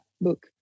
book